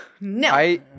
no